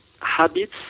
habits